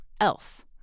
else